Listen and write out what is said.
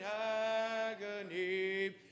agony